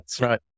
right